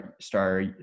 star